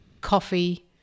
coffee